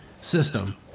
system